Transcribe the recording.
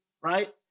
right